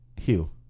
Hugh